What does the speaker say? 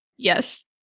yes